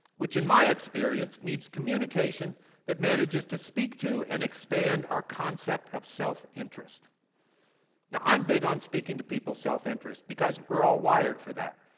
which in my experience means communication that manages to speak to and expand our concept of self-interest. now i'm big on speaking to people's self-interest because we're all wired for that.